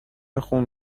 خون